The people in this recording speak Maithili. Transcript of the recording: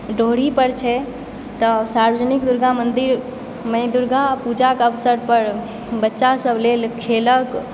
ड्योढ़ी पर छै तऽ सार्वजनिक दुर्गा मंदिरमे दुर्गापूजाके अवसर पर बच्चासभ लेल खेलक